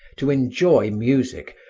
to enjoy music,